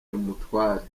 umutware